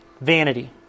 Vanity